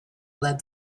led